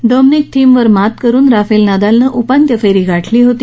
Dominic थीमवर मात करत राफेल नदालनं उपांत्य फेरी गाठली होती